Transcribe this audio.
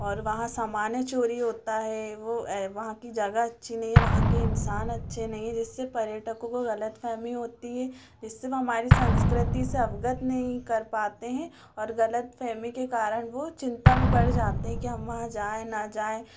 और वहाँ सामान चोरी होता है वहाँ की जगह अच्छी नहीं है वहाँ के इंसान अच्छे नहीं है जिससे पर्यटकों को गलत फहमी होती है जिससे वो हमारी संस्कृति से अवगत नहीं कर पाते हैं और गलत फहमी के कारण वो चिंता में पड़ जाते हैं के हम वहाँ जाएं ना जाएं